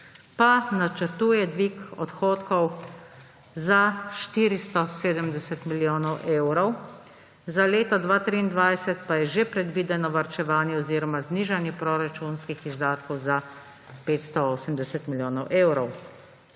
pa načrtuje dvig odhodkov za 470 milijonov evrov, za leto 2023 pa je že predvideno varčevanje oziroma znižanje proračunskih izdatkov za 580 milijonov evrov.